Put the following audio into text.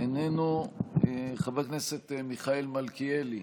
איננו, חבר הכנסת מיכאל מלכיאלי,